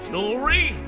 Jewelry